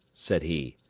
said he,